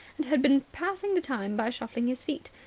and had been passing the time by shuffling his feet,